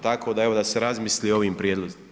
Tako da evo da se razmisli o ovim prijedlozima.